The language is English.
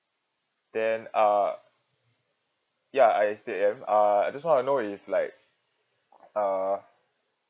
then uh ya I still am uh I just wanna know if like uh